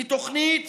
היא תוכנית